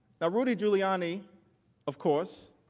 now rudy giuliani of course,